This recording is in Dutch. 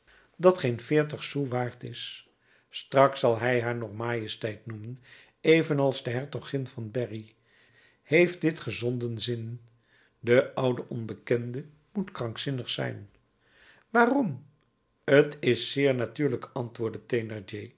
dat geen veertig sous waard is straks zal hij haar nog majesteit noemen evenals de hertogin van berry heeft dit gezonden zin de oude onbekende moet krankzinnig zijn waarom t is zeer natuurlijk antwoordde